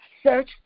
Search